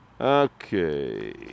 Okay